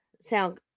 sound